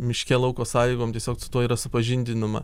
miške lauko sąlygom tiesiog su tuo yra supažindinama